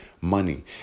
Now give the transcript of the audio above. money